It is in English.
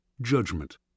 Judgment